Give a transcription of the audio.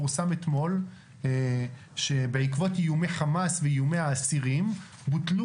פורסם אתמול שבעקבות איומי חמאס ואיומי האסירים בוטלו